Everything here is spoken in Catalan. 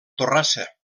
torrassa